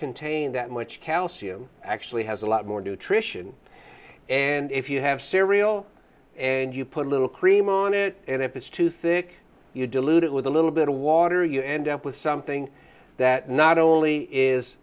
contain that much calcium actually has a lot more nutrition and if you have cereal and you put a little cream on it and if it's too thick you dilute it with a little bit of water you end up with something that not